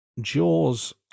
Jaws